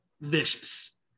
vicious